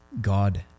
god